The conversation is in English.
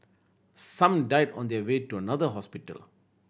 some died on their way to another hospital